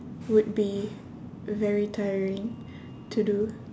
would be very tiring to do